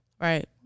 Right